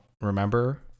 remember